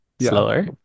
Slower